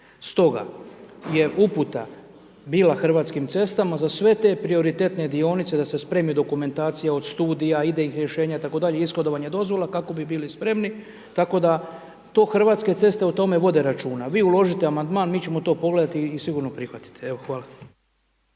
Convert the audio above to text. Stoga, je uputa bila Hrvatskim cestama za sve te prioritetne dionice da se spremi dokumentacija od studija, idejnih rješenja itd., ishodovanja dozvola kako bi bili spremni tako da to Hrvatske ceste o tome vode računa. Vi uložite amandman mi ćemo to pogledati i sigurno prihvatiti. Evo,